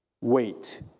wait